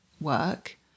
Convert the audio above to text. work